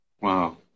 Wow